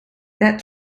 that